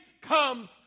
comes